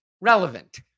relevant